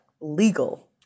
legal